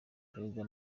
perezida